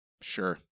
sure